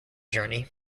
journey